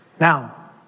Now